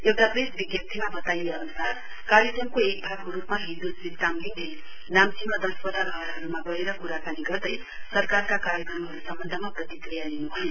एउटा प्रेस विज्पतीमा बताइए अन्सार कार्यक्रमको एक भागको रुपमा हिजो श्री चामलिङले नाम्चीमा दसवटा घरहरुमा गएर कराकानी गर्दै सरकारका कार्यक्रमहरु सम्बन्धामा प्रतिक्रिया लिन् भयो